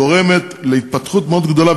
גורמת להתפתחות מאוד גדולה,